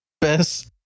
Best